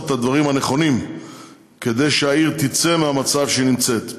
את הדברים הנכונים כדי שהעיר תצא מהמצב שהיא נמצאת בו.